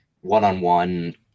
one-on-one